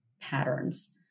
patterns